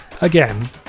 again